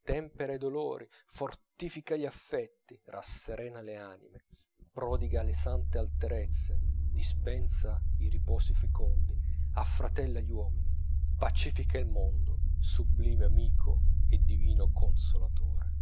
tempera i dolori fortifica gli affetti rasserena le anime prodiga le sante alterezze dispensa i riposi fecondi affratella gli uomini pacifica il mondo sublime amico e divino consolatore